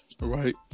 right